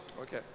Okay